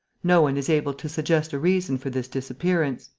no one is able to suggest a reason for this disappearance.